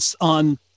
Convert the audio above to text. on